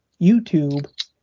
YouTube